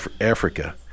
Africa